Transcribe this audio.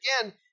again